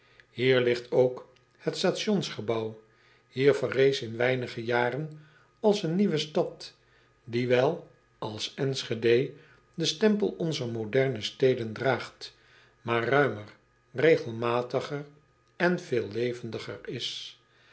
ier ligt ook het stationsgebouw hier verrees in weinige jaren als een nieuwe stad die wel als nschede den stempel onzer moderne steden draagt maar ruimer regelmatiger en veel levendiger is